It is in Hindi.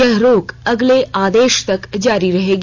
यह रोक अगले आदेश तक जारी रहेगी